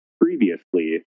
previously